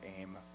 aim